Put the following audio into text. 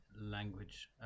Language